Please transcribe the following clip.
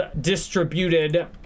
distributed